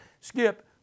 Skip